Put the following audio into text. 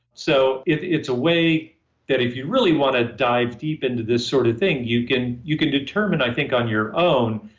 so, it's a way that if you really want to dive deep into this sort of thing, you can you can determine, i think, on your own,